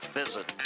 visit